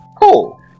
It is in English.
Cool